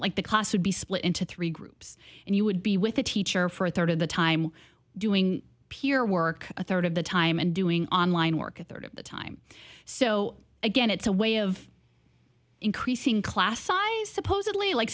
like the cost would be split into three groups and you would be with a teacher for a third of the time doing peer work a third of the time and doing online work a third of the time so again it's a way of increasing class size supposedly like